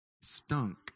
stunk